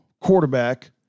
quarterback